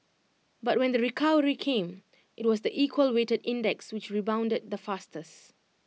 but when the recovery came IT was the equal weighted index which rebounded the fastest